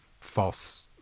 false